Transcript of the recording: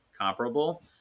comparable